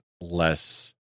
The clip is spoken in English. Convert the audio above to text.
less